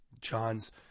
John's